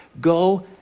Go